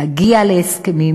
להגיע להסכמים